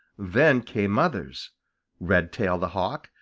then came others redtail the hawk,